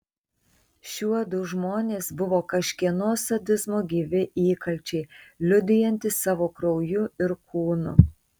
šiuodu žmonės buvo kažkieno sadizmo gyvi įkalčiai liudijantys savo krauju ir kūnu